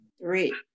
Three